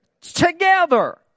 together